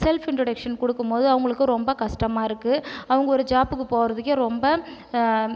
self introduction கொடுக்கும்போது அவங்களுக்கு ரொம்ப கஷ்டமாக இருக்கு அவங்க ஒரு ஜாப்புக்கு போகறதுக்குகே ரொம்ப